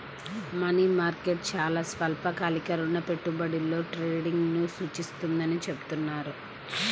money market చాలా స్వల్పకాలిక రుణ పెట్టుబడులలో ట్రేడింగ్ను సూచిస్తుందని చెబుతున్నారు